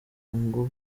ngo